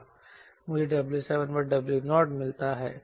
मुझे W7W0 मिलता है